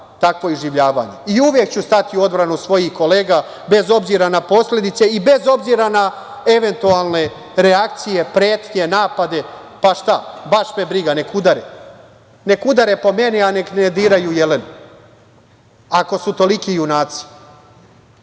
takvo iživljavanje i uvek ću stati u odbranu svojih kolega, bez obzira na posledice i bez obzira na eventualne reakcije, pretnje, napade. Pa, šta? Baš me briga, neka udare. Neka udare po meni, a neka ne diraju Jelenu ako su toliki junaci. Drugo,